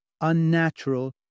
unnatural